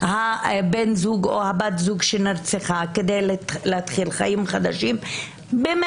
הבן זוג או הבת זוג שנרצחה כדי להתחיל חיים חדשים במרחק,